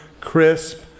crisp